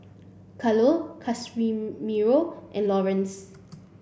Carlo and Laurence